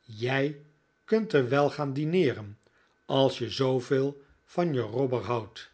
jij kunt er wel gaan dineeren daar je zooveel van je robber houdt